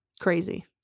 Crazy